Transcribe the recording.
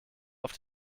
auf